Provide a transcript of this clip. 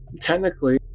technically